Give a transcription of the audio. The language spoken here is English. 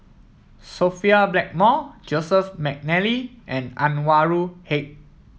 Sophia Blackmore Joseph McNally and Anwarul Haque